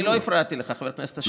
אני לא הפרעתי לך, חבר הכנסת אשר.